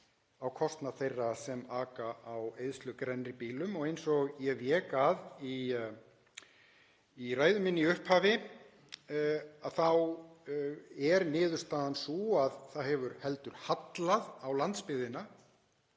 á kostnað þeirra sem aka á eyðslugrennri bílum. Og eins og ég vék að í ræðu minni í upphafi þá er niðurstaðan sú að það hefur heldur hallað á landsbyggðina